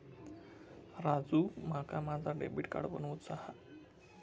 राजू, माका माझा debit card बनवूचा हा